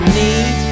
need